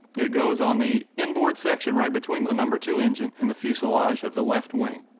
it goes on the inboard section right between the number two engine and the fuselage of the left wing.